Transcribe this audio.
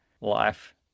life